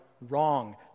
wrong